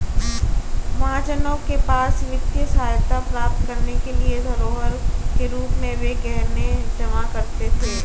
महाजनों के पास वित्तीय सहायता प्राप्त करने के लिए धरोहर के रूप में वे गहने जमा करते थे